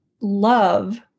love